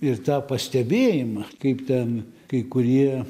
ir tą pastebėjimą kaip ten kai kurie